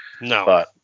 No